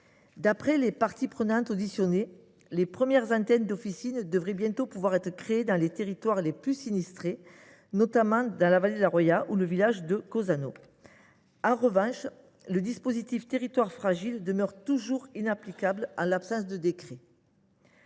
D’après les parties prenantes auditionnées, les premières antennes d’officine devraient bientôt pouvoir être créées dans les territoires les plus sinistrés, notamment dans la vallée de la Roya et le village de Cozzano. En revanche, le dispositif Territoires fragiles demeure inapplicable, faute de décret.